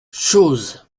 chooz